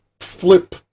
flip